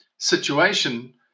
Situation